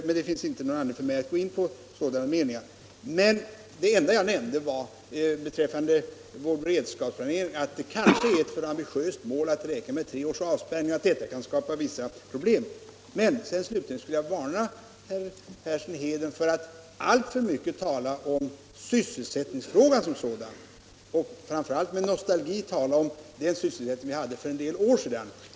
Men det finns inte någon anledning för mig att gå in på sådana saker. Beträffande vår beredskapsplanering sade jag att det kanske är ett för ambitiöst mål att räkna med tre års avspärrning och att detta kan skapa vissa problem. Jag vill varna herr Persson för att alltför mycket tala om sysselsättningsfrågan som sådan, framför allt för att med nostalgi tala om sysselsättningsläget för en del år sedan.